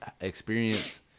experience